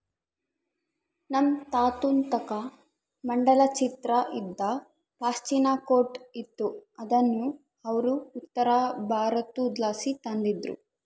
ನಮ್ ತಾತುನ್ ತಾಕ ಮಂಡಲ ಚಿತ್ರ ಇದ್ದ ಪಾಶ್ಮಿನಾ ಕೋಟ್ ಇತ್ತು ಅದುನ್ನ ಅವ್ರು ಉತ್ತರಬಾರತುದ್ಲಾಸಿ ತಂದಿದ್ರು